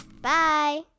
Bye